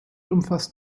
umfasst